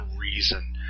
reason